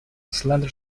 slender